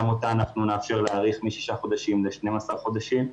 גם אותה אנחנו נאפשר להאריך משישה חודשים ל-12 חודשים.